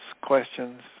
questions